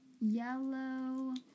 Yellow